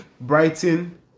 Brighton